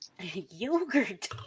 Yogurt